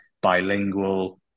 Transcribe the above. bilingual